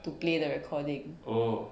to play that recording